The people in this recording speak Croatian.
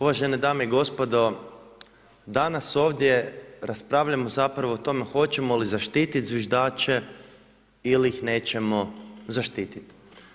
Uvažene dame i gospodo, danas ovdje raspravljamo o tome hoćemo li zaštititi zviždače ili ih nećemo zaštititi.